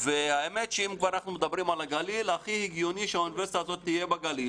אם מדברים על הגליל, הכי הגיוני שהיא תהיה בגליל.